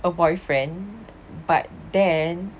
a boyfriend but then